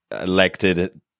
elected